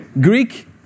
Greek